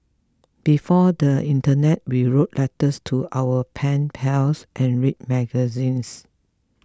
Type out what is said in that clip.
before the Internet we wrote letters to our pen pals and read magazines